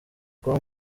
kuba